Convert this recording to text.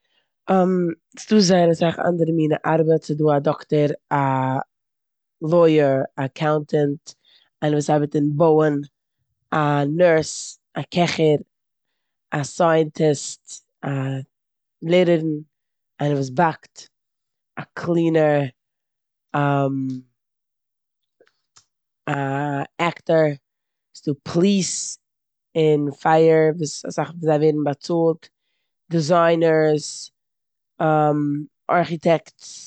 ס'דא זייער אסאך אנדערע מינע ארבעט. ס'דא א דאקטער, א לויער, אקאונטענט, איינער וואס ארבעט אין בויען, א נורס, א קעכער, א סייענטיסט, א לערערין, איינער וואס באקט, א קלינער, א עקטער, ס'דא פליס און פייער וואס אסאך פון זיי ווערן באצאלט, דעזיינערס, ארכיטעקטס.